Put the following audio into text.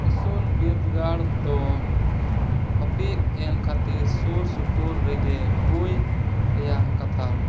ᱩᱥᱩᱞ ᱵᱤᱨᱫᱟᱹᱜᱟᱲ ᱫᱚ ᱦᱟᱹᱯᱤᱫ ᱮᱱ ᱠᱷᱟᱹᱛᱤᱨ ᱥᱩᱨ ᱥᱩᱯᱩᱨ ᱨᱮᱜᱮ ᱦᱩᱭᱩ ᱨᱮᱭᱟᱜ ᱠᱟᱛᱷᱟ